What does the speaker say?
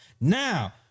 Now